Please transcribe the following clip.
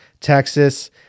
Texas